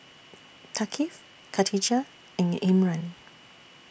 Thaqif Katijah and Imran